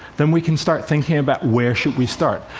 then we can start thinking about where should we start?